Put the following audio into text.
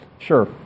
Sure